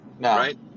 right